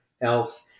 else